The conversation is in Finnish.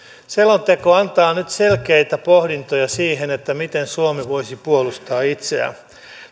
selonteko antaa nyt selkeitä pohdintoja siihen miten suomi voisi puolustaa itseään